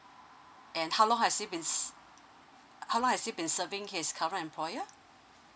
and how long has he been ser~ how long has he been serving his current employer